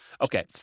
okay